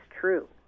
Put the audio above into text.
true